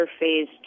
Phase